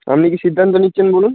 আপনি কি সিদ্ধান্ত নিচ্ছেন বলুন